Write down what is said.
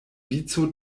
vico